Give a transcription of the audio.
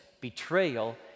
betrayal